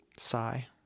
Sigh